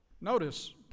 Notice